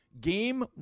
game